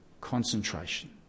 concentration